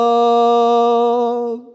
Love